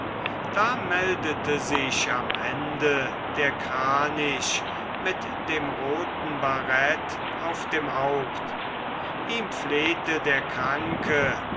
da meldete sich am ende der kranich mit dem roten barett auf dem haupt ihm flehte der kranke